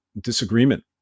disagreement